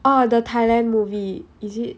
oh the thailand movie is it